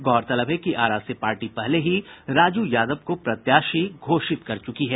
गौरतलब है कि आरा से पार्टी पहले ही राजू यादव को प्रत्याशी घोषित कर चुकी है